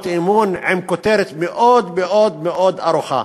אי-אמון עם כותרת מאוד מאוד מאוד ארוכה,